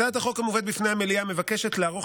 הצעת החוק המובאת בפני המליאה מבקשת לערוך